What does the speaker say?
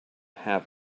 have